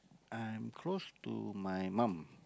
I'm close to my mum